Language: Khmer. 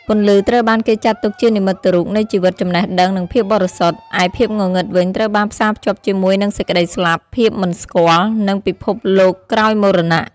ពន្លឺត្រូវបានគេចាត់ទុកជានិមិត្តរូបនៃជីវិត ចំណេះដឹង និងភាពបរិសុទ្ធ ឯភាពងងឹតវិញ ត្រូវបានផ្សារភ្ជាប់ជាមួយនឹងសេចក្តីស្លាប់ ភាពមិនស្គាល់ និងពិភពលោកក្រោយមរណៈ ។